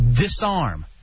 Disarm